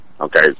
okay